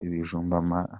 ibijumba